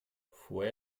fue